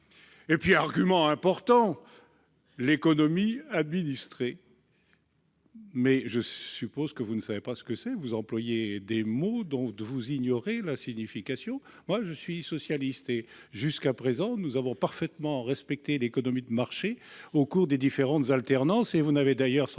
argumenté contre une « économie administrée ». Je suppose que vous ne savez pas ce que c'est ! Vous employez des mots dont vous ignorez la signification. Je suis socialiste, et je peux vous dire que nous avons parfaitement respecté l'économie de marché au cours des différentes alternances. Vous n'avez d'ailleurs sans